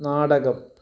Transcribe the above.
നാടകം